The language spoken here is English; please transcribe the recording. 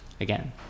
again